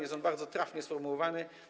Jest on bardzo trafnie sformułowany.